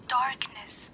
darkness